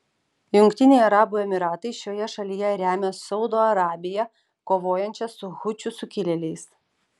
jungtiniai arabų emyratai šioje šalyje remia saudo arabiją kovojančią su hučių sukilėliais